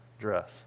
dress